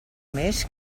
més